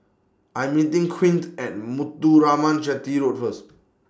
I'm meeting Quint At Muthuraman Chetty Road First